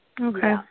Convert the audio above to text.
Okay